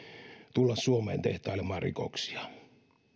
tulla suomeen tehtailemaan rikoksia